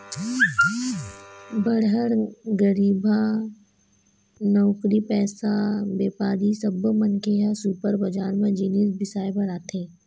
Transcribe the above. बड़हर, गरीबहा, नउकरीपेसा, बेपारी सब्बो मनखे ह सुपर बजार म जिनिस बिसाए बर आथे